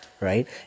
Right